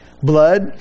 Blood